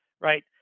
right